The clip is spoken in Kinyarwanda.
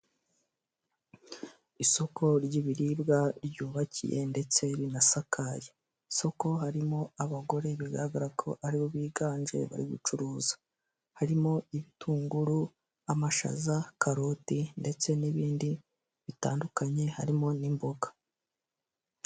Isoko ry'ibiribwa ryubakiye ndetse rinasakaye isoko harimo abagore bigaragara ko aribo biganje bari gucuruza harimo ibitunguru, amashaza, karoti, ndetse n'ibindi bitandukanye harimo n'imboga.